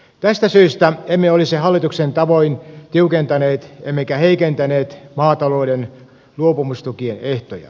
tästä syystä emme olisi hallituksen tavoin tiukentaneet emmekä heikentäneet maatalouden luopumistukien ehtoja